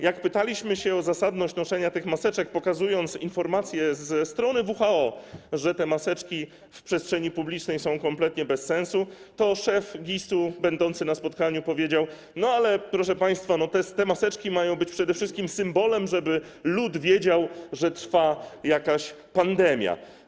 Jak pytaliśmy o zasadność noszenia maseczek, pokazując informację ze strony WHO, że te maseczki w przestrzeni publicznej są kompletnie bez sensu, to szef GIS-u będący na spotkaniu powiedział: Proszę państwa, no te maseczki mają być przede wszystkim symbolem, żeby lud wiedział, że trwa jakaś pandemia.